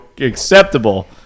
acceptable